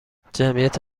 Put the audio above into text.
جمعیت